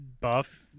buff